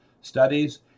studies